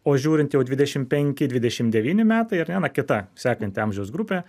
o žiūrint jau dvidešim penki dvidešim devyni metai ar ne na kita sekanti amžiaus grupė